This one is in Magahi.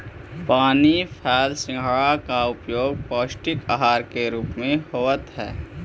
पानी फल सिंघाड़ा का प्रयोग पौष्टिक आहार के रूप में होवअ हई